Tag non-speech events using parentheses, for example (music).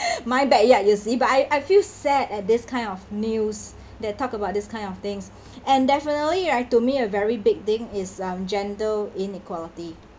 my bad luck you see but I I feel sad at this kind of news that talk about this kind of things (breath) and definitely right to me a very big thing is um gender inequality